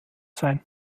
sein